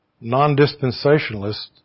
non-dispensationalists